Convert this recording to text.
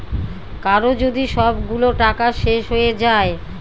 কারো যদি সবগুলো টাকা শেষ হয়ে যায়